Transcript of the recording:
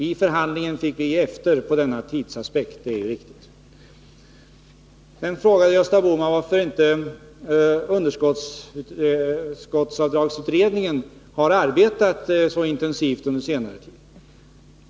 I förhandlingen fick vi ge efter när det gällde tidsaspekten — det är riktigt. Sedan frågade Gösta Bohman varför inte underskottavdragsutredningen har arbetat så intensivt under senare tid.